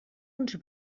uns